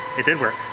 it did work.